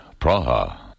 Praha